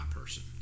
person